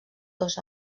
dos